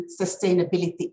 sustainability